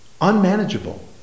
Unmanageable